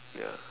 ya